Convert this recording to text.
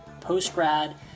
post-grad